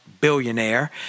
billionaire